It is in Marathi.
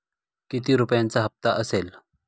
किती रुपयांचा हप्ता असेल?